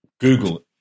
Google